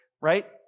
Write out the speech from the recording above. right